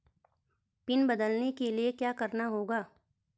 Pin बदलने के लिए क्या करना होगा?